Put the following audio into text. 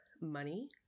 money